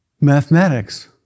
mathematics